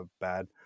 bad